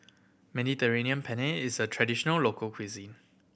Mediterranean Penne is a traditional local cuisine